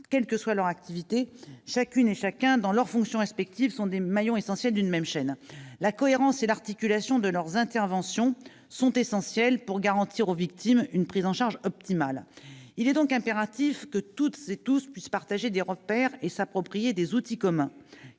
ou responsables associatifs : tous, dans leurs fonctions respectives, sont des maillons essentiels d'une même chaîne. La cohérence et l'articulation de leurs interventions sont essentielles pour garantir aux victimes une prise en charge optimale. Il est donc impératif que toutes et tous disposent des mêmes repères et puissent s'approprier des outils communs.